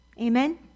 Amen